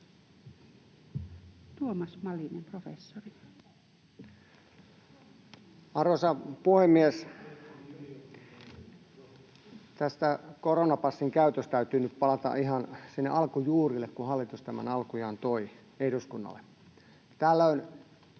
Arvoisa puhemies! Tässä koronapassin käytössä täytyy nyt palata ihan sinne alkujuurille, kun hallitus tämän alkujaan toi eduskunnalle. Tällöin